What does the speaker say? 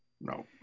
No